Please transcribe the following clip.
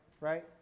Right